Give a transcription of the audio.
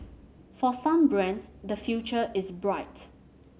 for some brands the future is bright